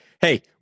hey